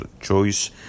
choice